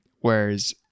whereas